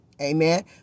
Amen